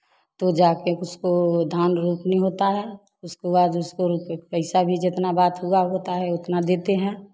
तो जाकर उसको धान रोपनी होता है उसको बाद उसको रोपये पैसा भी जितना बात हुआ होता है उतना देते है